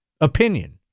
opinion